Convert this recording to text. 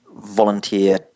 volunteer